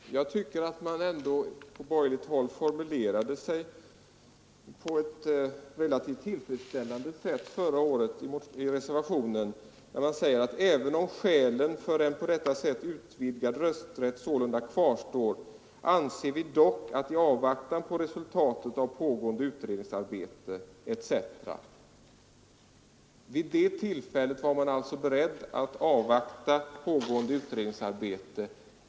Fru talman! Jag tycker att man ändå på borgerligt håll formulerade sig på ett relativt tillfredsställande sätt i reservationen förra året, när man sade: ”Även om skälen för en på detta sätt utvidgad rösträtt sålunda kvarstår, anser vi dock att i avvaktan på resultaten av pågående utredningsarbete ———.” Vid det tillfället var man alltså beredd att avvakta pågående utredningsarbete.